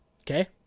Okay